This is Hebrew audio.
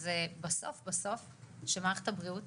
זה בסוף בסוף שמערכת הבריאות